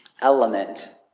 element